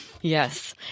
yes